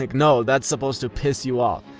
like no, that's supposed to piss you off.